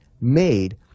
made